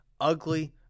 Ugly